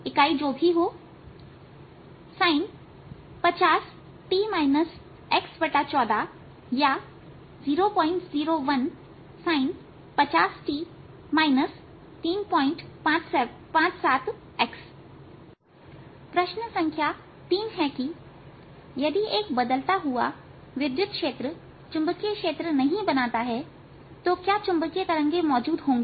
इकाई जो भी हो sin 50t x14 या 001sin 50t 357x प्रश्न संख्या 3 जुड़ा है कि यदि एक बदलता हुआ विद्युत क्षेत्र चुंबकीय क्षेत्र को नहीं बनाता है तो क्या चुंबकीय तरंगे मौजूद होंगी